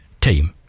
team